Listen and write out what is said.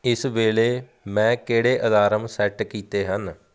ਇਸ ਵੇਲੇ ਮੈਂ ਕਿਹੜੇ ਅਲਾਰਮ ਸੈੱਟ ਕੀਤੇ ਹਨ